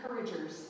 encouragers